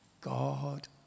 God